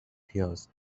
پیاز